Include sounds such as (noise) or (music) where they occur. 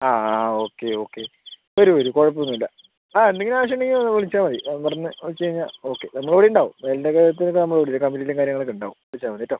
ആ okay okay വരൂ വരൂ കുഴപ്പമൊന്നുമില്ല ആ എന്തെങ്കിലും ആവശ്യമുണ്ടെങ്കിൽ വിളിച്ചാൽ മതി നമ്പറിൽ വിളിച്ചുകഴിഞ്ഞാൽ ഓക്കെ നമ്മളിവിടെ ഉണ്ടാകും എല്ലാ കാര്യത്തിനും (unintelligible) കമ്മിറ്റിയിലും കാര്യങ്ങളിലൊക്കെ ഉണ്ടാകും വിളിച്ചാൽ മതി കേട്ടോ